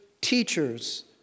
teachers